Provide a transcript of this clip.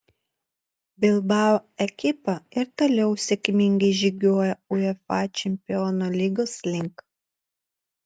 bilbao ekipa ir toliau sėkmingai žygiuoja uefa čempionų lygos link